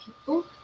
people